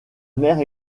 mère